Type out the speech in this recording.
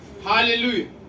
Hallelujah